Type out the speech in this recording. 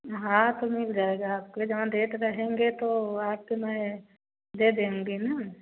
हाँ तो मिल जाएगा आपको जहाँ रेट रहेंगे तो आकर मैं दे देऊँगी ना